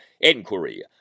inquiry